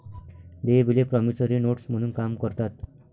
देय बिले promissory notes म्हणून काम करतात